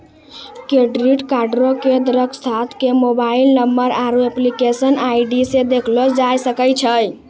credit कार्डो के दरखास्त के मोबाइल नंबर आरु एप्लीकेशन आई.डी से देखलो जाय सकै छै